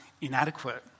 inadequate